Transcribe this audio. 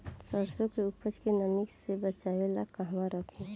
सरसों के उपज के नमी से बचावे ला कहवा रखी?